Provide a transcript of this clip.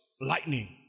lightning